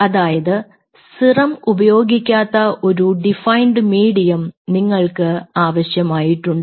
അതായത് സിറം ഉപയോഗിക്കാത്ത ഒരു ഡിഫൈൻഡ് മീഡിയം നിങ്ങൾക്ക് ആവശ്യം ആയിട്ടുണ്ട്